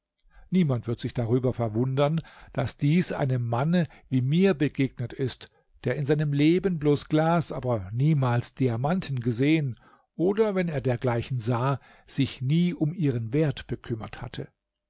niemand wird sich darüber verwundern daß dies einem mann wie mir begegnet ist der in seinem leben bloß glas aber niemals diamanten gesehen oder wenn er dergleichen sah sich nie um ihren wert bekümmert hatte